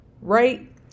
right